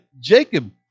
Jacob